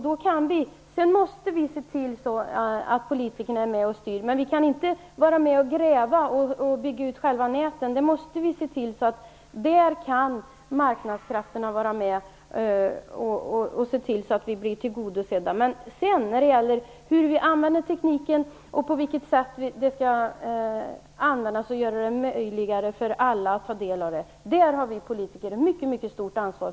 Vi som politiker måste se till att vi är med och styr, men vi kan inte vara med och gräva och bygga ut själva näten. Där kan marknadskrafterna vara med och se till att behoven blir tillgodosedda. När det sedan gäller hur tekniken används, och på vilket sätt den skall användas för att göra det möjligt för alla att ta del av den, har vi politiker ett mycket stort ansvar.